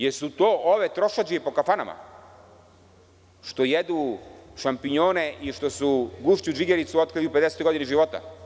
Da li su to ove trošadžije po kafanama što jedu šampinjone i što su guščiju džigericu otkrili u pedesetoj godini života?